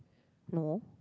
no